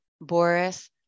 Boris